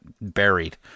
buried